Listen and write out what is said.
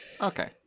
Okay